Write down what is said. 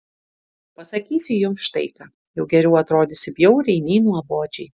pasakysiu jums štai ką jau geriau atrodysiu bjauriai nei nuobodžiai